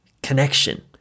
connection